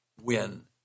win